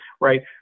right